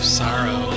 sorrow